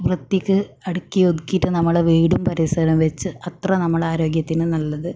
വൃത്തിക്ക് അടുക്കി ഒതുക്കിട്ട് നമ്മൾ വീടും പരിസരോം വെച്ച് അത്ര നമ്മളാരോഗ്യത്തിന് നല്ലത്